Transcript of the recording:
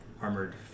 armored